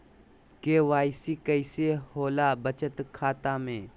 KYC कैसे होला बचत खाता में?